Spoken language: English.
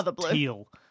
teal